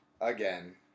again